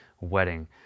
wedding